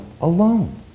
alone